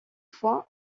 fois